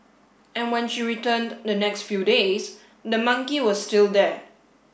and when she returned the next few days the monkey was still there